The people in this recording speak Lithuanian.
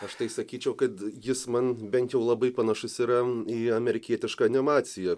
aš tai sakyčiau kad jis man bent jau labai panašus yra į amerikietišką animaciją